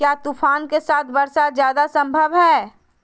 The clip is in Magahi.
क्या तूफ़ान के साथ वर्षा जायदा संभव है?